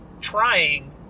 trying